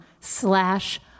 slash